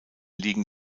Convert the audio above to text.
liegen